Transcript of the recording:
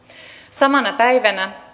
samana päivänä